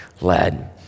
led